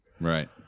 Right